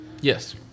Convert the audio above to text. Yes